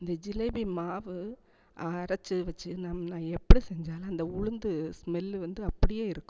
இந்த ஜிலேபி மாவு அரைச்சி வெச்சு நம் ஆ எப்படி செஞ்சாலும் அந்த உளுந்து ஸ்மெல்லு வந்து அப்படியே இருக்கும்